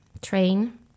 train